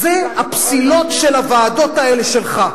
זה הפסילות של הוועדות האלה שלך.